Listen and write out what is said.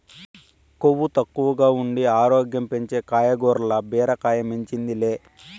కొవ్వు తక్కువగా ఉండి ఆరోగ్యం పెంచే కాయగూరల్ల బీరకాయ మించింది లే